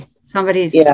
Somebody's